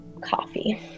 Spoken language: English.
coffee